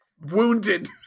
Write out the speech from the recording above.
wounded